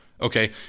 Okay